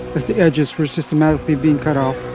as the edges were systematically being cut off,